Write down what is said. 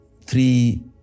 three